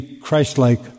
Christ-like